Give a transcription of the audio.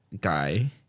guy